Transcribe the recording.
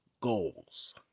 goals